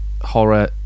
horror